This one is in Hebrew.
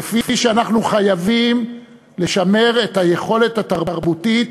כפי שאנחנו חייבים לשמר את היכולת התרבותית